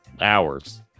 hours